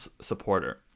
supporter